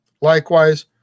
Likewise